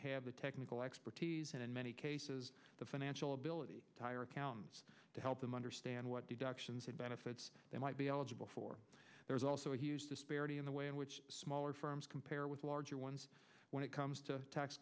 have the technical expertise and in many cases the financial ability to hire accounts to help them understand what deductions and benefits they might be eligible for there is also a huge disparity in the way in which smaller firms compare with larger ones when it comes to tax